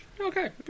Okay